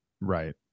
Right